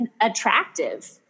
attractive